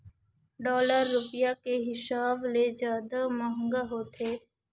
dollar रुपया के हिसाब ले जादा मंहगा होथे